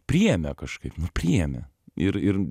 priėmė kažkaip priėmė ir ir